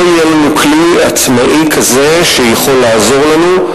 יהיה לנו כלי עצמאי כזה שיכול לעזור לנו,